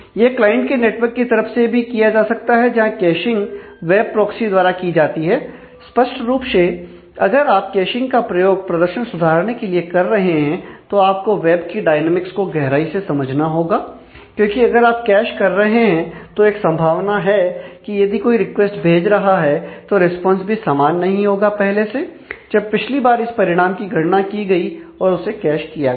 यह क्लाइंट के नेटवर्क की तरफ भी किया जा सकता है जहां कैशिंग वेब प्रोक्सी द्वारा की जाती है स्पष्ट रूप से अगर आप कैशिंग का प्रयोग प्रदर्शन सुधारने के लिए कर रहे हैं तो आपको वेब की डायनामिक्स को गहराई से समझना होगा क्योंकि अगर आप कैश कर रहे हैं तो एक संभावना है कि यदि कोई रिक्वेस्ट भेज रहा है तो रिस्पांस भी समान नहीं होगा पहले से जब पिछली बार इस परिणाम की गणना की गई और उसे कैश किया गया